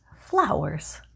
flowers